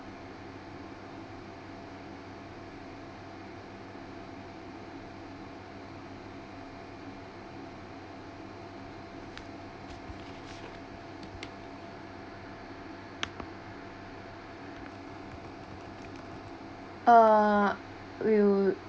uh we will